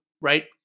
right